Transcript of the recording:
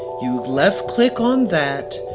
you left click on that,